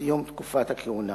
סיום תקופת הכהונה